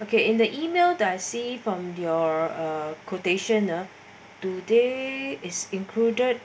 okay in the email I see from the uh quotation uh today is included